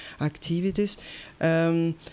activities